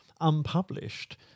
unpublished